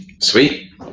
Sweet